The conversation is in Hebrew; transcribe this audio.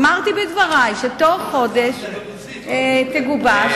אמרתי בדברי שבתוך חודש תגובש,